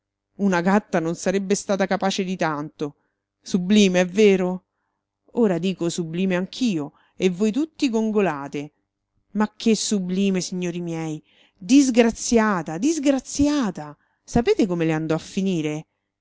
una gatta non sarebbe stata capace di tanto sublime è vero ora dico sublime anch'io e voi tutti gongolate ma che sublime signori miei disgraziata disgraziata sapete come le andò a finire